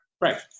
Right